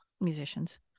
musicians